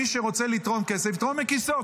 מי שרוצה לתרום כסף יתרום מכיסו,